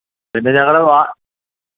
പിന്നെ ഞങ്ങൾ വാ